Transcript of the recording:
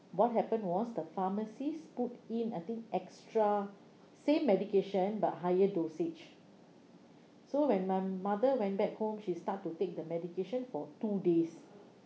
what happened was the pharmacist put in I think extra same medication but higher dosage so when my mother went back home she start to take the medication for two days